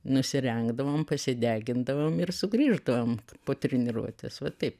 nusirengdavom pasidegindavau ir sugrįždavom po treniruotės va taip